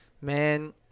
Man